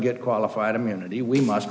get qualified immunity we must